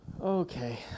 Okay